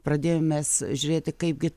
pradėjom mes žiūrėti kaipgi